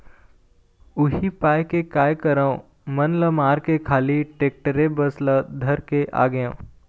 उही पाय के काय करँव मन ल मारके खाली टेक्टरे बस ल धर के आगेंव